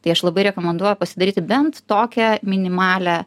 tai aš labai rekomenduoju pasidaryti bent tokią minimalią